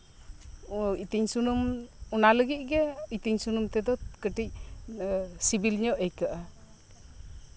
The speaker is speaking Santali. ᱚᱱᱟ ᱞᱟᱹᱜᱤᱫ ᱜᱮ ᱤᱛᱤᱝ ᱥᱩᱱᱩᱢ ᱫᱚ ᱤᱛᱤᱝ ᱥᱩᱱᱩᱢ ᱛᱮᱫᱚ ᱠᱟᱹᱴᱤᱡ ᱥᱤᱵᱤᱞ ᱧᱚᱜ ᱟᱹᱭᱠᱟᱹᱜᱼᱟ